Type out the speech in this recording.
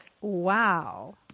Wow